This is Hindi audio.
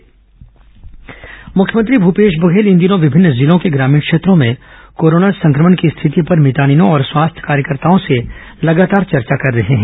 मुख्यमंत्री समीक्षा मुख्यमंत्री भूपेश बघेल इन दिनों विभिन्न जिलों के ग्रामीण क्षेत्रों में कोरोना संक्रमण की स्थिति पर मितानिनों और स्वास्थ्य कार्यकर्ताओं से लगातार चर्चा कर रहे है